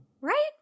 right